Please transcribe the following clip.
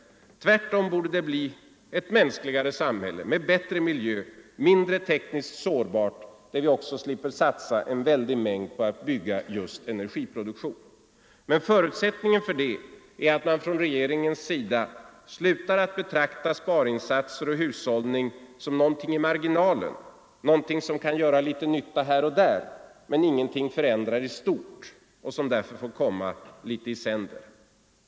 Tvärtom borde det bli ett mänskligare samhälle med bättre miljö, mindre tekniskt sårbart och där vi också slipper göra väldiga satsningar på att bygga ut för energiproduktion. Men förutsättningen för detta är att man från regeringens sida slutar att betrakta besparingsinsatser och hushållning som någonting i marginalen, något som kan göra litet nytta här och där men ingenting förändrar i stort och som därför får komma litet i sänder.